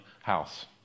house